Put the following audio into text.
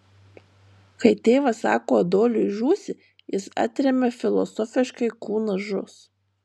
kai tėvas sako adoliui žūsi jis atremia filosofiškai kūnas žus